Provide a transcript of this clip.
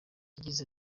yagize